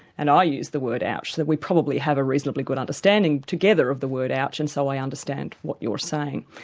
and i use the word ouch, then we probably have a reasonably good understanding together of the word ouch, and so i understand what you're saying.